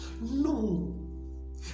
no